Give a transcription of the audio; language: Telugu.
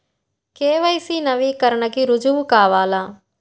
కే.వై.సి నవీకరణకి రుజువు కావాలా?